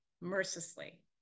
mercilessly